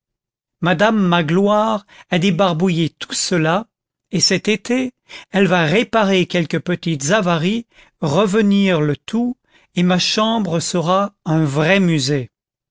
madame magloire a débarbouillé tout cela et cet été elle va réparer quelques petites avaries revenir le tout et ma chambre sera un vrai musée